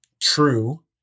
true